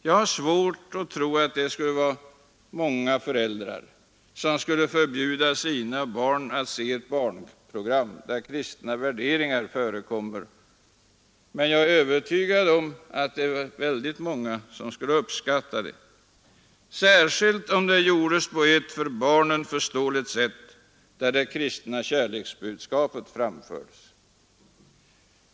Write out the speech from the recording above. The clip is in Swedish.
Jag har svårt att tro att så värst många föräldrar skulle förbjuda sina barn att se ett barnprogram där kristna värderingar förekommer, men jag är övertygad om att många skulle uppskatta det — särskilt om det gjordes på ett för barnen förståeligt sätt, där det kristna kärleksbudskapet framfördes.